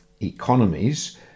economies